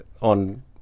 on